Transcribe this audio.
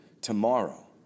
Tomorrow